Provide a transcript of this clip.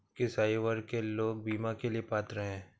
किस आयु वर्ग के लोग बीमा के लिए पात्र हैं?